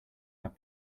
have